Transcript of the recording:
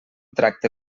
tracte